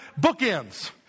bookends